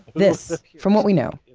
this, from what we know,